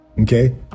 Okay